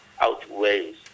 outweighs